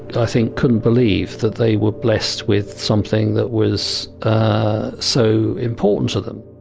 i think, couldn't believe that they were blessed with something that was so important to them